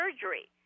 surgery